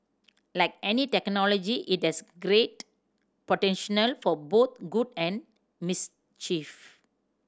like any technology it has great potential for both good and mischief